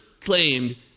claimed